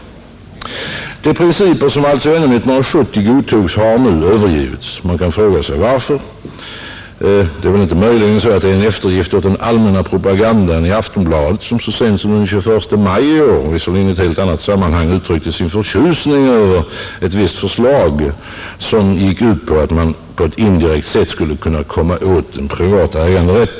De principer som alltså ännu 1970 godtogs har nu övergivits. Man kan fråga sig varför. Är det möjligen en eftergift för den allmänna propagandan i Aftonbladet, som så sent som den 21 maj i år — visserligen i ett helt annat sammanhang — uttryckte sin förtjusning över ett visst förslag som gick ut på att man på ett indirekt sätt skulle komma åt den privata äganderätten?